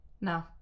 No